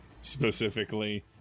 specifically